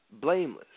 blameless